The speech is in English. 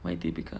my typical